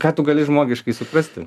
ką tu gali žmogiškai suprasti